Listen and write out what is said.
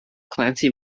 clancy